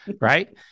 Right